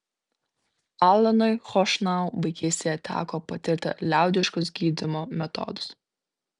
alanui chošnau vaikystėje teko patirti liaudiškus gydymo metodus